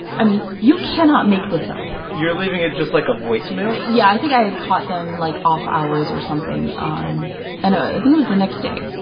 i mean, you cannot make this up you're leaving it just like a voicemail? yeah, i think i had caught them like off-hours or something. um and ah i think it was the next day,